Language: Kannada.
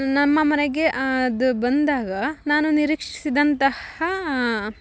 ನಮ್ಮ ಮನೆಗೆ ಅದು ಬಂದಾಗ ನಾನು ನಿರೀಕ್ಷಿಸಿದಂತಹ